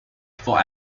for